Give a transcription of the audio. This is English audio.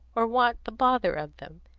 or want the bother of them.